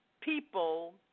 people